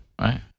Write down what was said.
Right